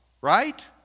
Right